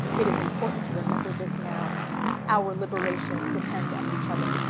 it is important to remember this now our liberation depends on each other.